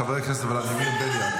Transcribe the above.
חבר הכנסת ולדימיר בליאק.